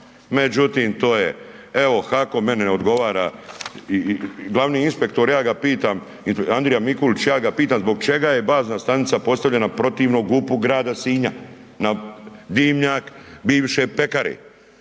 međutim to je evo HAKOM meni odgovara i glavni inspektor ja ga pitam Andrija Mikulić, ja ga pitam zbog čega je bazna stanica postavljena protivno GUP-u grada Sinja na dimnjak bivše pekare.